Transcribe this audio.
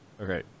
Okay